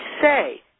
say